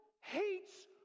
hates